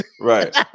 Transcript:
Right